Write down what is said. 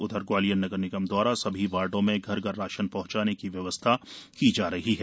उधर ग्वालियर नगरनिगम द्वारा सभी वाड़ो में घर घर राशन पहॅचाने की व्यवस्था की जा रही है